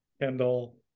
Kendall